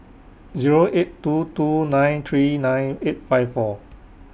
Zero eight two two nine three nine eight five four